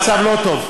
המצב לא טוב.